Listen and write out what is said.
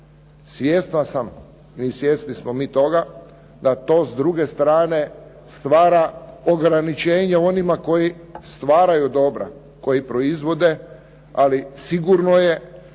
Svjestan sam i svjesni smo mi toga da to s druge strane stvara ograničenje onima koji stvaraju dobra, koji proizvode. Ali sigurno je